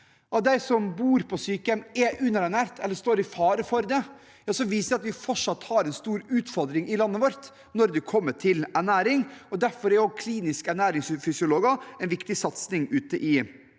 av dem som bor på sykehjem, er underernært eller står i fare for det, viser det at vi fortsatt har en stor utfordring i landet vårt når det gjelder ernæring. Derfor er også kliniske ernæringsfysiologer en viktig satsing ute i